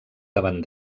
davant